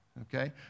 okay